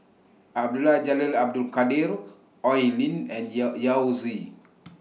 Abdul Jalil Abdul Kadir Oi Lin and Yao Yao Zi